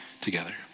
together